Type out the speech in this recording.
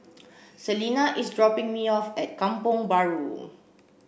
Selena is dropping me off at Kampong Bahru